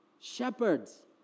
Shepherds